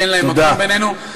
שאין להם מקום בינינו.